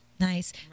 Nice